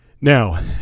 Now